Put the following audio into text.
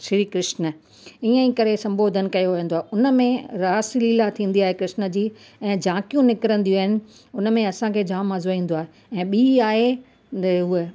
श्री कृष्न इअं ई करे संबोधन कयो वेंदो आहे हुन में रासलीला थींदी आहे कृष्न जी ऐं झांखियूं निकिरंदियूं आहिनि हुन में असांखे जाम मज़ो ईंदो आहे ऐं ॿीं आहे उहा